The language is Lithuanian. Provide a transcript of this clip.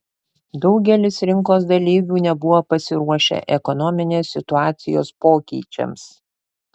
daugelis rinkos dalyvių nebuvo pasiruošę ekonominės situacijos pokyčiams